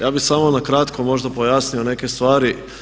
Ja bi samo na kratko možda pojasnio neke stvari.